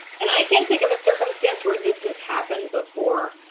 and i can't think of a circumstance where this has happened before.